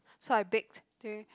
so I baked